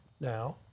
now